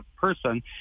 person